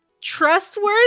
trustworthy